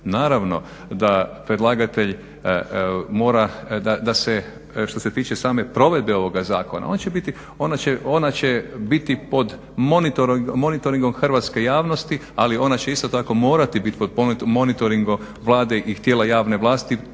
Naravno da predlagatelj mora da se što se tiče same provedbe ovoga zakona ona će biti pod monitoringom hrvatske javnosti ali ona će isto tako morati biti pod monitoringom Vlade i tijela javne vlasti,